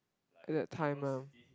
at that time ah